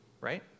right